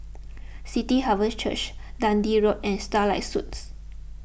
City Harvest Church Dundee Road and Starlight Suites